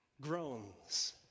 groans